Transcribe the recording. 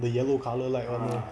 the yellow colour light ah